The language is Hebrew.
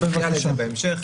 נתייחס לזה בהמשך.